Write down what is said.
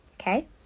Okay